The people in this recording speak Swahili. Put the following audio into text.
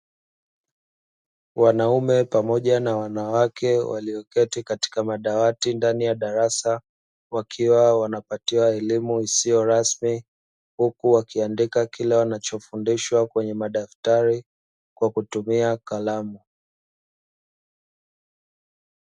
Wanaume pamoja na wanawake walioketi ndani ya darasa wakiwa wanapatiwa elimu isiyo rasmi, huku wakiandika kile wanachofundishwa kwenye madaftari kwa kutumia kalamu.